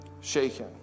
shaken